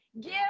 give